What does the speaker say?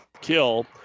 kill